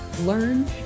learn